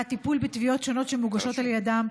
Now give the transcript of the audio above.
בעד טיפול בתביעות שונות שמוגשות על ידם,